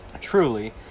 Truly